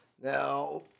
now